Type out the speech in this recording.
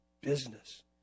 business